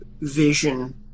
vision